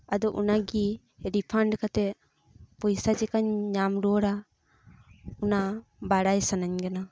ᱟᱫᱚ ᱚᱱᱟᱜᱮ ᱨᱤᱯᱷᱟᱸᱰ ᱠᱟᱛᱮᱫ ᱯᱚᱭᱥᱟ ᱪᱤᱠᱟᱹᱧ ᱧᱟᱢ ᱨᱩᱣᱟᱹᱲᱟ ᱚᱱᱟ ᱵᱟᱲᱟᱭ ᱥᱟᱱᱟᱧ ᱠᱟᱱᱟ